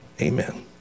Amen